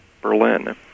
Berlin